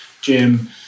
Jim